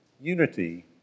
unity